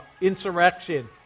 insurrection